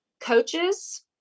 coaches